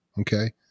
Okay